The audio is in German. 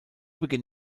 beginn